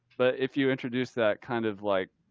but if you introduce that kind of like.